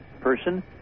person